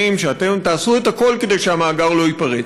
שאתם תעשו את הכול כדי שהמאגר לא ייפרץ.